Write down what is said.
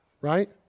right